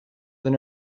then